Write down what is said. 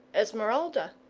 esmeralda?